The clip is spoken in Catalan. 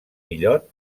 illot